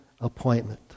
appointment